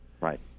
Right